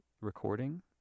recording